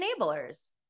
enablers